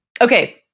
Okay